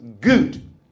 Good